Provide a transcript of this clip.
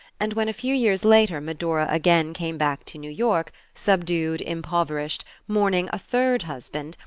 and when a few years later medora again came back to new york, subdued, impoverished, mourning a third husband,